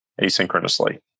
asynchronously